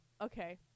okay